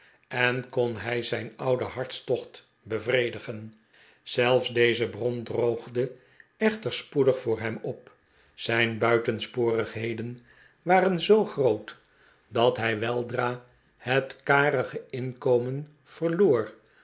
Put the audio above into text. en kon hij zijn ouden hartstocht bevredigen zelfs deze bron droogde echter spoedig voor hem op zijn buitensporigheden waren zoo groot dat hij weldra het karige inkomen verloor